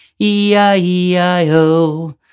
E-I-E-I-O